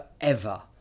forever